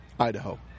Idaho